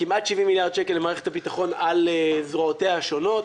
כמעט 70 מיליארד שקל למערכת הביטחון על זרועותיה השונות.